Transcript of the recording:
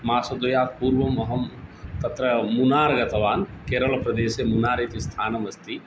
मासद्वयात् पूर्वमहं तत्र मुनार् गतवान् केरलप्रदेशे मुनार् इति स्थानमस्ति